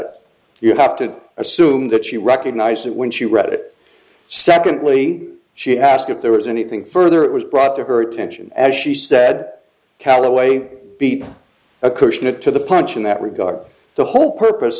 it you have to assume that she recognized that when she read it separately she asked if there was anything further it was brought to her attention as she said callaway beat a cushion it to the punch in that regard the whole purpose